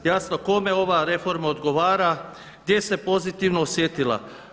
Jasno kome ova reforma odgovara, gdje se pozitivno osjetila?